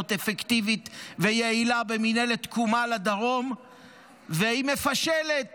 אפקטיבית ויעילה במינהלת תקומה לדרום והיא מפשלת